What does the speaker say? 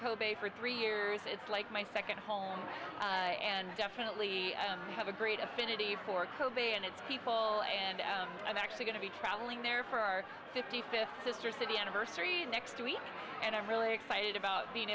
kobe for three years it's like my second home and definitely have a great affinity for kobe and its people and i'm actually going to be traveling there for our fifty fifth sister city anniversary next week and i'm really excited about being